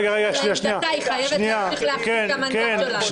אבל לעמדתה היא חייבת להמשיך להחזיק את המנדט שלנו.